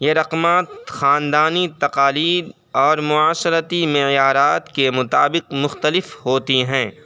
یہ رقمات خاندانی تقاریب اور معاشرتی معیارات کے مطابق مختلف ہوتی ہیں